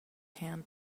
hand